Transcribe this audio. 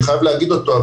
אני חייב להגיד אותו,